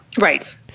Right